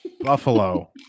Buffalo